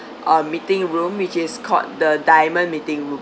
uh meeting room which is called the diamond meeting room